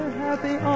happy